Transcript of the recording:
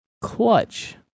clutch